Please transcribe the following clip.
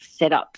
setups